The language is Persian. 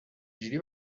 جوری